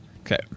Okay